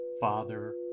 father